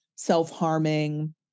Self-harming